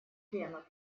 членов